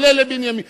לרבות בנימין נתניהו,